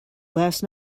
last